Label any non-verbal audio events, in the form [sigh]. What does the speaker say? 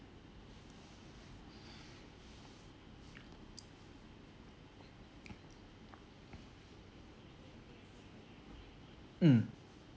[noise] mm